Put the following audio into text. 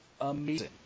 Amazing